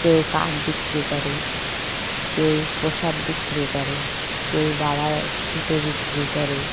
কেউ কাঠ বিক্রি করে কেউ প্রসাদ বিক্রি করে কেউ সুতো বিক্রি করে